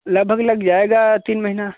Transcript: लगभग लग जाएगा तीन महीना